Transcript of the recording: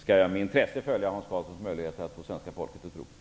Jag skall med intresse följa Hans Karlssons försök att få svenska folket att tro på det.